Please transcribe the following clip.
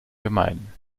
gemeinden